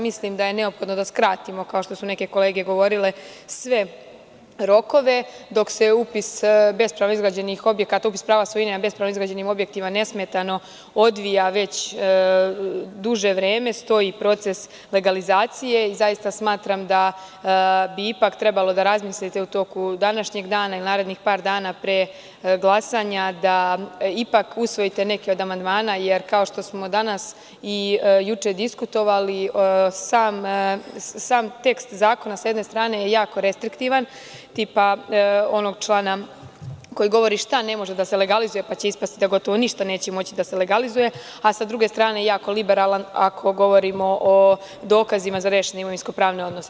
Mislim da je neophodno da skratimo, kao što su neke kolege govorile, sve rokove dok se upis prava na bespravno izgrađenim objektima nesmetano odvija već duže vreme, stoji proces legalizacije i smatram da bi ipak trebalo da razmislite u toku današnjeg dana ili narednih par dana, pre glasanja, da ipak usvojite neki od amandmana, kao što smo danas i juče diskutovali, jer sam tekst zakona, sa jedne strane, je jako restriktivan, tipa onog člana koji govori šta ne može da se legalizuje, pa će ispasti da ništa neće moći da se legalizuje, a sa druge strane, jako je liberalan, ako govorimo o dokazima za rešene imovinsko pravne odnose.